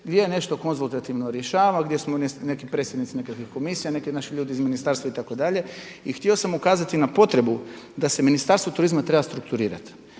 gdje se nešto konzultativno rješava, gdje smo predsjednici nekakvih komisija, neki naši ljudi iz ministarstva i tako dalje. I htio sam ukazati na potrebu da se Ministarstvo turizma treba strukturirati.